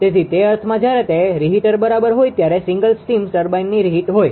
તેથી તે અર્થમાં જ્યારે તે રીહિટર બરાબર હોય ત્યારે સિંગલ સ્ટીમ ટર્બાઇનની રીહિટ હોય